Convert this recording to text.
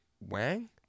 Wang